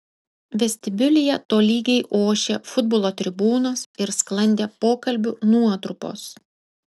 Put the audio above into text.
vestibiulyje tolygiai ošė futbolo tribūnos ir sklandė pokalbių nuotrupos